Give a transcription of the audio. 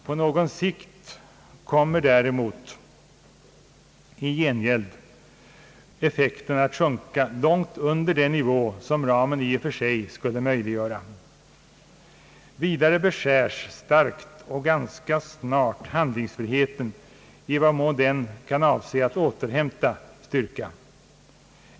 På någon sikt kommer effekten i gengäld att sjunka långt under den nivå som ramen i och för sig skulle möjliggöra. Vidare beskärs starkt och ganska snart handlingsfriheten i vad den avser att återhämta styrka.